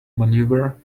maneuver